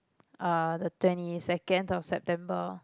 uh the twenty second of September